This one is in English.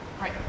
Right